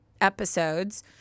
episodes